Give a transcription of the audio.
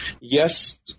Yes